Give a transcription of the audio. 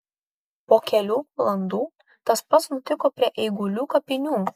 po kelių valandų tas pats nutiko prie eigulių kapinių